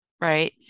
right